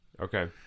okay